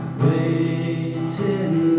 waiting